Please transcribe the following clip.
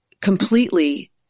completely